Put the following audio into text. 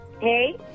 Hey